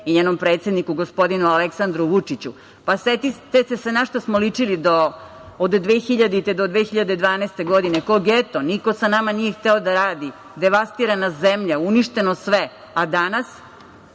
i njenom predsedniku gospodinu Aleksandru Vučiću. Setite se našta smo ličili od 2000. do 2012. godine. Kao geto. Niko sa nama nije hteo da radi. Devastirana zemlja, uništeno sve. Danas